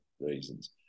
reasons